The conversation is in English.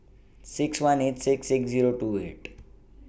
six one eight six six Zero two eight